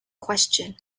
question